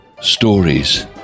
stories